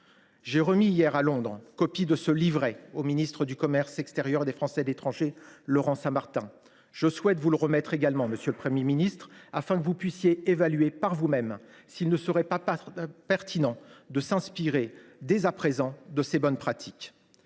J’ai remis hier, à Londres, une copie de ce livret au ministre délégué chargé du commerce extérieur et des Français de l’étranger, Laurent Saint Martin. Je souhaite vous le remettre également, monsieur le Premier ministre, afin que vous puissiez évaluer par vous même s’il ne serait pas pertinent de s’inspirer dès à présent de ces bonnes pratiques.